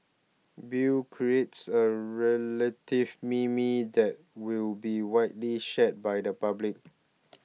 Bill creates a relative meme that will be widely shared by the public